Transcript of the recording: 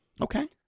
Okay